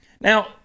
Now